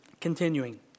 Continuing